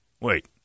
wait